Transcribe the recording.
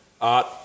art